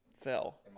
fell